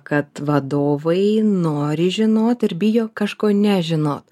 kad vadovai nori žinot ir bijo kažko nežinot